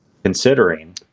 considering